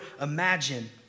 imagine